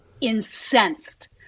incensed